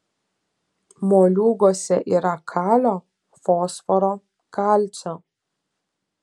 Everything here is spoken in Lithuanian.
moliūguose yra kalio fosforo kalcio